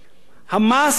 המס על יצואנים.